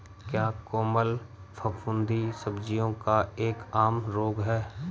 क्या कोमल फफूंदी सब्जियों का एक आम रोग है?